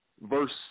verse